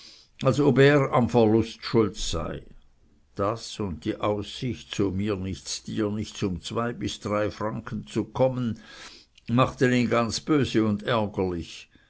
als ob er am verlust schuld sei das und die aussicht so mir nichts dir nichts um zwei bis drei pfund zu kommen machte ihn ganz böse und ärgerlich